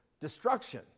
Destruction